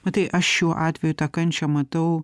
matai aš šiuo atveju tą kančią matau